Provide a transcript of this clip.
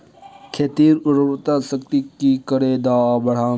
खेतीर उर्वरा शक्ति की करे बढ़ाम?